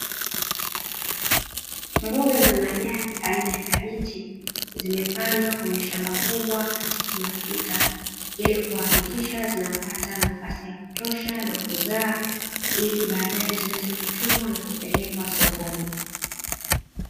Mboga za majani aina ya kabichi zimepandwa kwenye shamba kubwa katika matuta ili kuhakikisha zinapata nafasi ya kutosha na kuzaa, ili baadaye ziweze kuchumwa na kupelekwa sokoni.